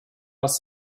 das